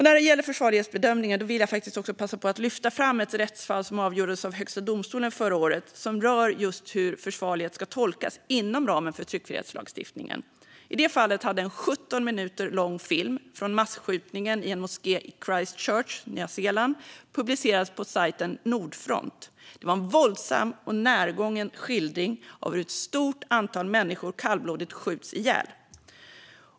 När det gäller försvarlighetsbedömningen vill jag passa på att lyfta fram ett rättsfall som avgjordes av Högsta domstolen förra året och som rör just hur försvarlighet ska tolkas inom ramen för tryckfrihetslagstiftningen. I det fallet hade en 17 minuter lång film från masskjutningen i en moské i Christchurch, Nya Zeeland, publicerats på sajten Nordfront. Det var en våldsam och närgången skildring av hur ett stort antal människor kallblodigt skjuts ihjäl.